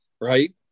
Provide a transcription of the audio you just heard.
Right